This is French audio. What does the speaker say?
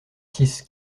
six